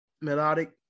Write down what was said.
melodic